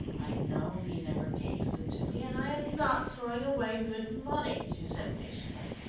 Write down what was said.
i know he never gave them to me, and i am not throwing away good money, she said patiently.